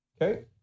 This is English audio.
Okay